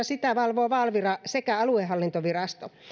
sitä valvovat valvira ja aluehallintovirasto